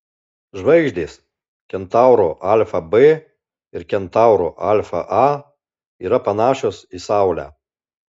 žvaigždės kentauro alfa b ir kentauro alfa a yra panašios į saulę